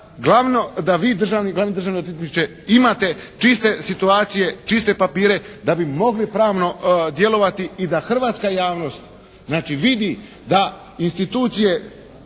glavno, da vi glavni državni odvjetniče imate čiste situacije, čiste papire da bi mogli pravno djelovati i da hrvatska javnost znači vidi da institucije